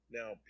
now